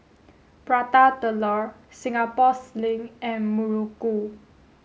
Prata Telur Singapore Sling and Muruku